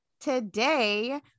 Today